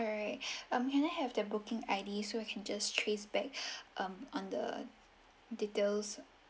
alright um can I have the booking I_D so I can just trace back um on the details